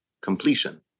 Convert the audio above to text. completion